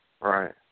right